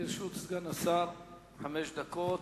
לרשות סגן השר חמש דקות.